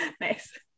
Nice